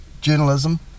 journalism